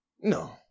No